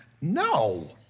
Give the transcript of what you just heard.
No